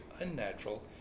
unnatural